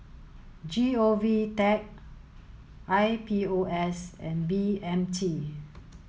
G O V tech I P O S and B M T